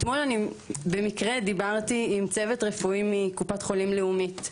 אתמול אני במקרה דיברתי עם צוות רפואי מקופת חולים לאומית,